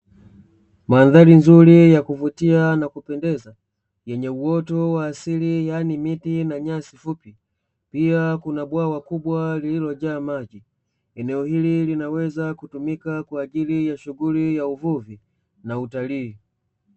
Mandhari nzuri ya kuvutia na kupendeza yenye uoto wa asili yaani miti na nyasi fupi, pia kuna bwawa kubwa lililojaa maji. Eneo hili linaweza kutumika kwaajili ya shughuli ya uvuvi na utalii.